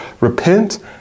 Repent